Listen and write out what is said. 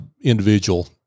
individual